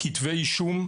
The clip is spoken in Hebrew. כתבי אישום: